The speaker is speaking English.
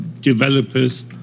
developers